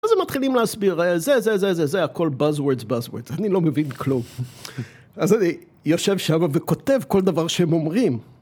אז הם מתחילים להסביר, זה זה זה זה זה, הכל בז וורדס בז וורדס, אני לא מבין כלום. אז אני יושב שם וכותב כל דבר שהם אומרים.